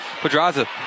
Pedraza